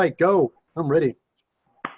like go. i'm ready.